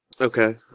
Okay